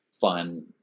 fun